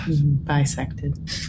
Bisected